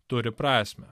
turi prasmę